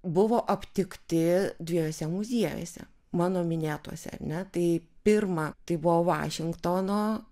buvo aptikti dviejuose muziejuose mano minėtuose arne tai pirma tai buvo vašingtono